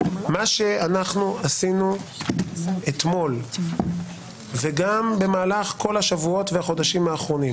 מה שעשינו אתמול ובמהלך כל השבועות והחודשים האחרונים